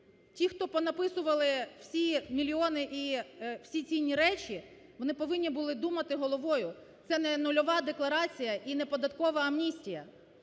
Ті, хто понаписували всі мільйони і всі цінні речі, вони повинні були думати головою, це не нульова декларація і не податкова амністія